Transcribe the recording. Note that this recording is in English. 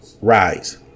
rise